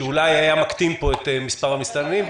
שאולי היה מקטין פה את מספר המסתננים.